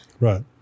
Right